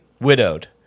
widowed